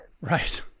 Right